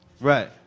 Right